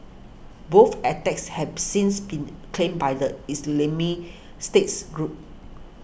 both attacks have since been claimed by the Islamic States group